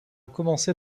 commencer